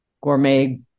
gourmet